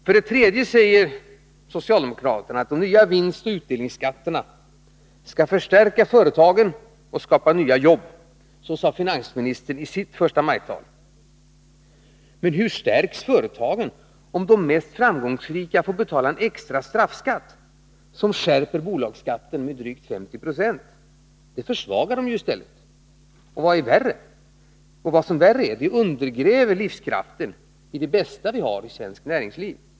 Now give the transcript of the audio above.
För det tredje säger socialdemokraterna att de nya vinstoch utdelningsskatterna skall förstärka företagen och skapa nya jobb. Så sade finansministern i sitt förstamajtal. Men hur stärks företagen om de mest framgångsrika får betala en extra straffskatt, som skärper bolagsskatten med drygt 50 96? Det försvagar företagen i stället. Och värre är att det undergräver livskraften i det bästa vi har inom svenskt näringsliv.